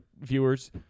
Viewers